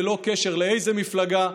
ללא קשר לאיזו מפלגה,